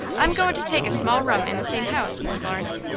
i'm goin' to take a small room in the same house, miss florence.